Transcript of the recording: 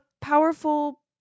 powerful